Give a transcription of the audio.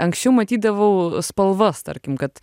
anksčiau matydavau spalvas tarkim kad